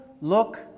look